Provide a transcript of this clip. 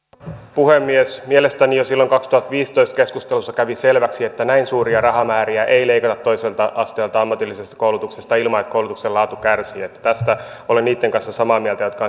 puhemies mielestäni jo silloin vuonna kaksituhattaviisitoista keskustelussa kävi selväksi että näin suuria rahamääriä ei leikata toiselta asteelta ammatillisesta koulutuksesta ilman että koulutuksen laatu kärsii tästä olen samaa mieltä niitten kanssa jotka